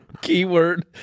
Keyword